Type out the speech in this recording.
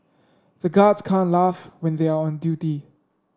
the guards can't laugh when they are on duty